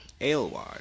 Aylward